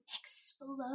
explode